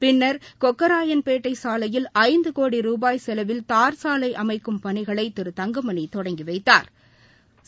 பின்னா் கொக்கராயன்பேட்டை சாலையில் ஐந்து கோடி ரூபாய் செலவில் தாா் சாலை அமைக்கும் பணிகளை திரு தங்கமணி தொடங்கி வைத்தாா்